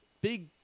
big